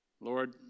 lord